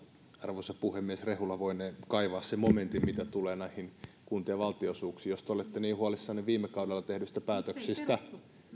arvoisa puhemies rehula voinee kaivaa sen momentin mitä tulee näihin kuntien valtionosuuksiin jos te olette niin huolissanne viime kaudella tehdyistä päätöksistä